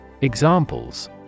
Examples